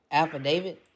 affidavit